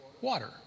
Water